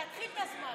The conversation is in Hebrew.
תתחיל בזמן.